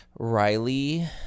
Riley